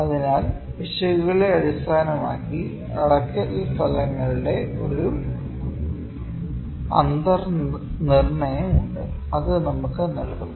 അതിനാൽ പിശകുകളെ അടിസ്ഥാനമാക്കി അളക്കൽ ഫലങ്ങളുടെ ഒരു അന്തർ നിർണ്ണയം ഉണ്ട് അത് നമുക്ക് നൽകുന്നു